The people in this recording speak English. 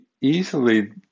easily